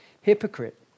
hypocrite